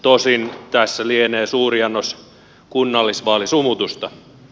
tosin tässä lienee suuri annos kunnallisvaalisumutusta